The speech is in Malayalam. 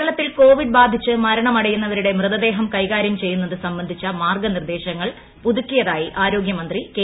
കേരളത്തിൽ കോവിഡ് ബാധിച്ച് മരണമടയുന്നവരുടെ മൃതദേഹം കൈകാരൃം ചെയ്യുന്നത് സംബന്ധിച്ച മാർഗനിർദ്ദേശങ്ങൾ പുതുക്കിയതായി ആരോഗൃമന്ത്രി കെ